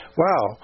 wow